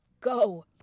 Go